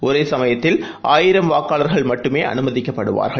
ஒருசமயத்தில் ஆயிரம் வாக்காளர்கள் மட்டுமேஅனுமதிக்கப்படுவார்கள்